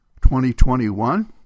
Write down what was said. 2021